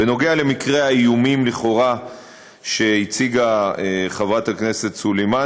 בנוגע למקרי האיומים לכאורה שהציגה חברת הכנסת סלימאן,